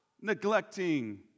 neglecting